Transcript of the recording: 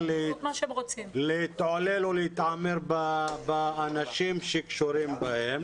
להתעלל ולהתעמר באנשים שקשורים בהם.